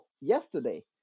yesterday